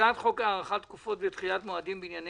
הצעת חוק הארכת תקופות ודחיית מועדים בענייני